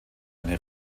eine